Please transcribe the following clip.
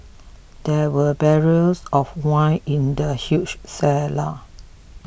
there were barrels of wine in the huge cellar